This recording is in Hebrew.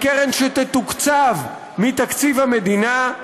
היא תתוקצב מתקציב המדינה,